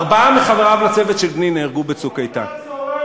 ארבעה מחבריו לצוות של בני נהרגו ב"צוק איתן".